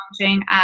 challenging